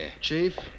Chief